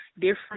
different